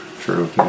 True